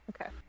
okay